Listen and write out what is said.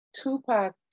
Tupac